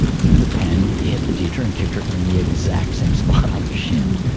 threw the pen, hit the teacher, and kicked her in the exact same spot on the shin.